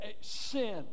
sin